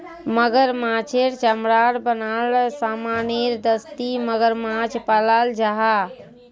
मगरमाछेर चमरार बनाल सामानेर दस्ती मगरमाछ पालाल जाहा